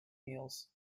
meals